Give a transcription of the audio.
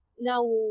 now